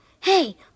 Hey